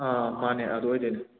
ꯑꯥ ꯃꯥꯅꯦ ꯑꯗꯨ ꯑꯣꯏꯗꯣꯏꯅꯦ